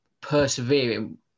persevering